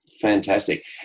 fantastic